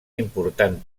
important